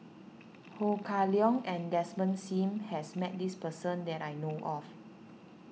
Ho Kah Leong and Desmond Sim has met this person that I know of